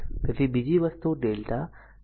તેથી બીજી વસ્તુ Δ અથવા pi નેટવર્ક છે